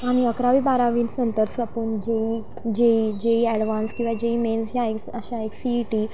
आणि अकरावी बारावी नंतरच आपण J E J E J E advance किंवा जे ई मेन्स ह्या अशा एक सी ई टी